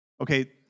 Okay